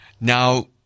Now